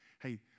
Hey